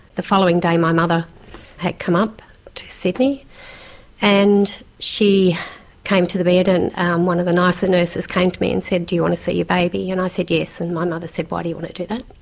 the following day my mother had come up to sydney and she came to the bed and one of the nicer nurses came to me and said, do you want to see your baby? and i said yes. and my mother said. why do you want to do that?